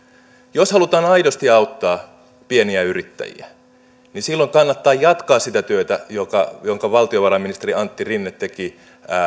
jos halutaan aidosti auttaa pieniä yrittäjiä niin silloin kannattaa jatkaa sitä työtä jonka valtiovarainministeri antti rinne teki